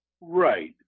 Right